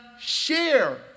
share